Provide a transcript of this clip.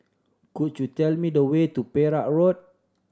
could you tell me the way to Perak Road